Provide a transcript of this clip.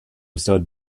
stood